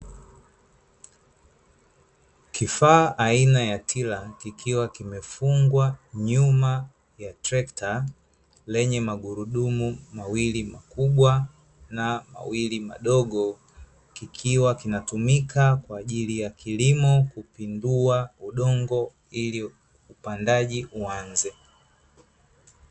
Kifaa aina ya tila kikiwa kimefungwa nyuma ya trekta, lenye magurudumu mawili makubwa, na mawili madogo, kikiwa kinatumika kwa ajili ya kilimo, kupinduwa udongo ili upandaji uanze.